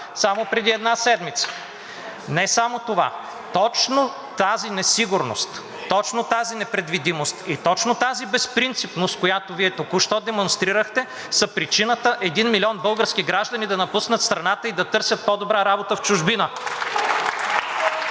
само преди една седмица. Не само това, точно тази несигурност, точно тази непредвидимост и точно тази безпринципност, която Вие току-що демонстрирахте, са причината 1 млн. български граждани да напуснат страната и да търсят по-добра работа в чужбина.